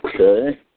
Okay